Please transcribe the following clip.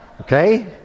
Okay